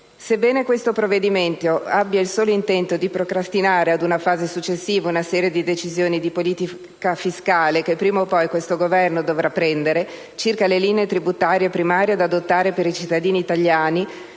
Sebbene questo provvedimento abbia il solo intento di procrastinare ad una fase successiva una serie di decisioni di politica fiscale che prima o poi questo Governo dovrà prendere circa le linee tributarie primarie da adottare per i cittadini italiani,